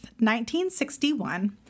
1961